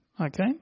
Okay